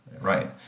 right